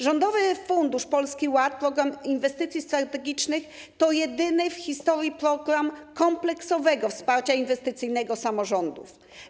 Rządowy Fundusz Polski Ład: Program Inwestycji Strategicznych to jedyny w historii program kompleksowego wsparcia inwestycyjnego samorządów.